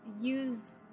use